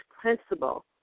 principle